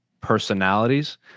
personalities